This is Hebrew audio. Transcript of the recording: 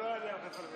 אמרתי שאסור.